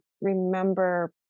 remember